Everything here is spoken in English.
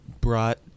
brought